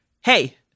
Hey